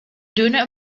döner